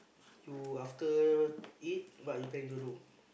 you after eat what are you planing to do